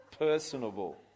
Personable